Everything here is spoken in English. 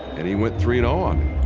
and he went three you know on,